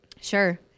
Sure